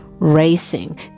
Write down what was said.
racing